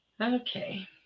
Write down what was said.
Okay